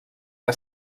que